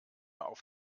auf